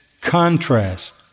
contrast